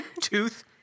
Tooth